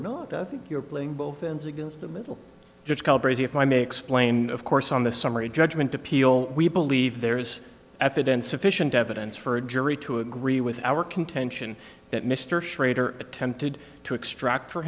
not i think you're playing both ends against the middle just called crazy if i may explain of course on the summary judgment appeal we believe there is evidence sufficient evidence for a jury to agree with our contention that mr schrader attempted to extract for